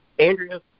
Andrea